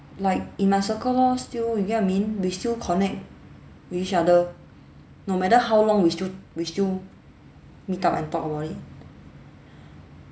like in my circle lor still you get what I mean we still connect with each other no matter how long we still we still meet up and talk about it